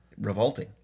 revolting